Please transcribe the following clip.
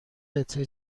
قطعه